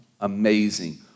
amazing